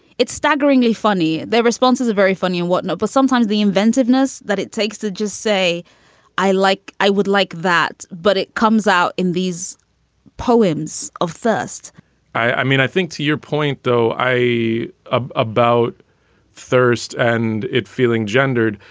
it's staggeringly funny. their responses are very funny and whatnot. but sometimes the inventiveness that it takes to just say i like i would like that. but it comes out in these poems of thirst i mean, i think to your point, though, i ah about thirst and it feeling gendered.